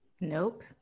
Nope